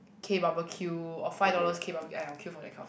okay barbecue or five dollars okay barbecue !aiya! I will queue for that kind of